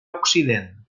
occident